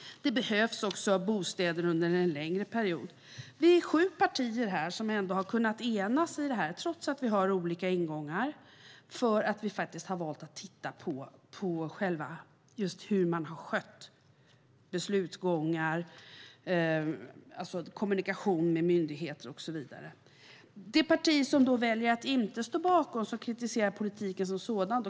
Det behövs också bostäder under en längre period. Sju partier har ändå kunnat enas i det här, trots att vi har olika ingångar, eftersom vi har valt att titta på hur man har skött beslutsgång, kommunikation med myndigheter och så vidare. Det parti som väljer att inte stå bakom kritiserar politiken som sådan.